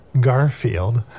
Garfield